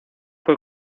fue